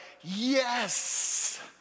yes